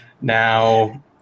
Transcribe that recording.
now